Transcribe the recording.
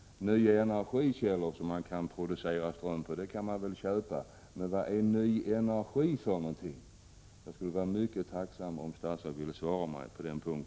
Nya energikällor kan man köpa, men vad är ny energi för någonting? Jag skulle vara tacksam om statsrådet ville ge svar på denna punkt.